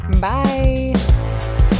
Bye